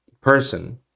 person